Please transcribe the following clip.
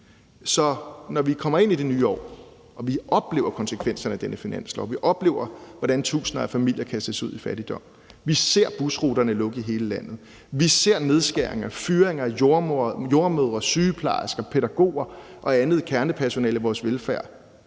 Så når vi kommer ind i det nye år og vi oplever konsekvenserne af den her finanslov, altså når vi oplever, hvordan tusinder af familier kastes ud i fattigdom; når vi ser busruterne lukke i hele landet; og når vi ser nedskæringer, fyringer af jordemødre, sygeplejersker, pædagoger og andet kernepersonale i vores velfærd,